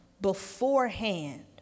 beforehand